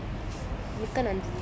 can I drink some coke